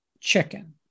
chicken